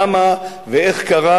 למה ואיך קרה